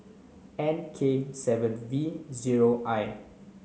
N K seven V zero I